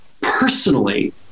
personally